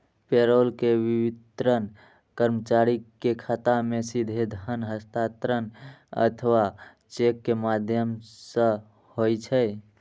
payroll के वितरण कर्मचारी के खाता मे सीधे धन हस्तांतरण अथवा चेक के माध्यम सं होइ छै